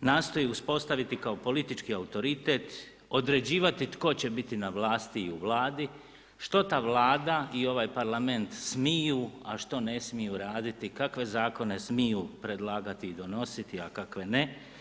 nastoji uspostaviti kao politički autoritet, određivati tko će biti na vlasti i u Vladi, što ta Vlada i ovaj Parlament smiju a što ne smiju raditi, kakve zakone smiju predlagati i donositi a kakve ne.